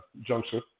juncture